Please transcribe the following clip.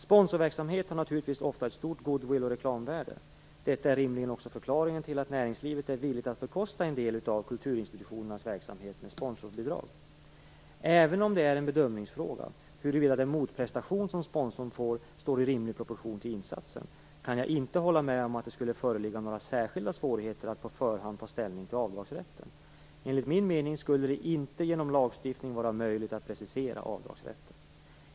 Sponsorverksamhet har naturligtvis ofta ett stort goodwill och reklamvärde. Detta är rimligen också förklaringen till att näringslivet är villigt att bekosta en del av kulturinstitutionernas verksamhet med sponsorbidrag. Även om det är en bedömningsfråga huruvida den motprestation som sponsorn får står i rimlig proportion till insatsen, kan jag inte hålla med om att det skulle föreligga några särskilda svårigheter att på förhand ta ställning till avdragsrätten. Enligt min mening skulle det inte genom lagstiftning vara möjligt att precisera avdragsrätten.